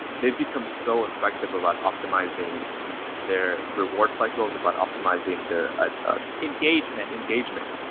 they've become so effective about optimizing their reward cycles about optimizing their ah sort of engagement engagement.